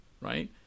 right